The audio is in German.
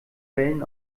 wellen